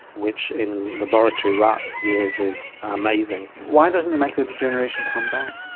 which in laboratory rat years is amazing. why doesn't the macular degeneration come back?